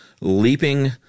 leaping